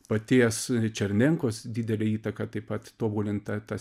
paties černenkos didelė įtaka taip pat tobulinta ta